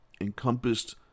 encompassed